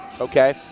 Okay